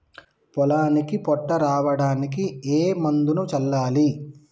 పొలానికి పొట్ట రావడానికి ఏ మందును చల్లాలి?